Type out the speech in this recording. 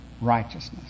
righteousness